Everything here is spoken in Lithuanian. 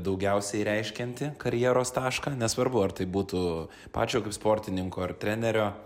daugiausiai reiškiantį karjeros tašką nesvarbu ar tai būtų pačio sportininko ar trenerio